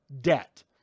debt